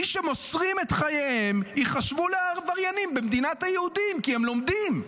מי שמוסרים את חייהם ייחשבו לעבריינים במדינת היהודים כי הם לומדים.